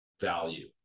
value